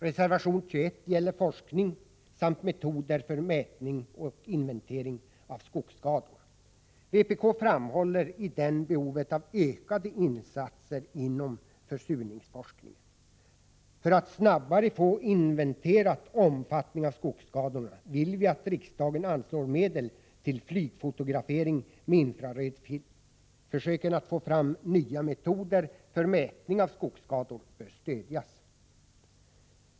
Reservation 21 gäller forskning samt metoder för mätning och inventering av skogsskador. Vpk framhåller i den behovet av ökade insatser inom försurningsforskningen. För att snabbare få inventerat omfattningen av skogsskadorna vill vi att riksdagen anslår medel till flygfotografering med infraröd film. Försöken att få fram nya metoder för mätning av skogsskador bör stödjas.